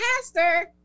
pastor